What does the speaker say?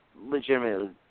legitimately